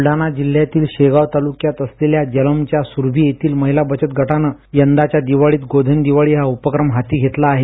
ब्लडाणा जिल्ह्यातील शेगाव तालुक्यात असलेल्या जलंबच्या सुरभी येथील महिला बचत गटानं यंदाच्या दिवाळीत गोधन दिवाळी हा उपक्रम हाती घेतला आहे